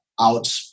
out